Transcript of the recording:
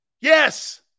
Yes